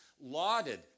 lauded